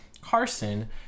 Carson